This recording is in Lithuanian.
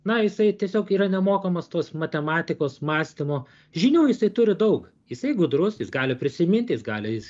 na jisai tiesiog yra nemokomas tos matematikos mąstymo žinių jisai turi daug jisai gudrus jis gali prisiminti jis gali jis